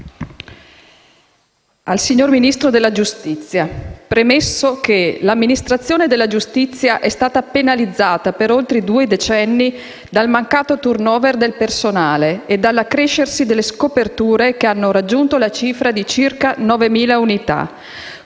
Signor Ministro, l'amministrazione della giustizia è stata penalizzata per oltre due decenni dal mancato *turnover* del personale e dall'accrescersi delle scoperture che hanno raggiunto la cifra di circa 9.000 unità.